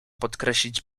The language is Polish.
podkreślić